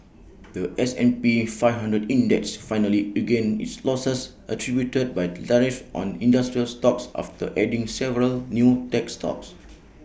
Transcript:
The S and P five hundred index finally regained its losses attributed by tariffs on industrial stocks after adding several new tech stocks